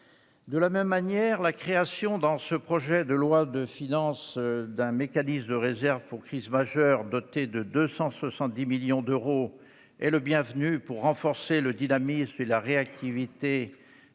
De la même manière, la création, dans ce projet de loi de finances, d'un mécanisme de réserve pour crise majeure, doté de 270 millions d'euros, est bienvenue pour renforcer le dynamisme et la réactivité